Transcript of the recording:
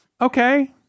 Okay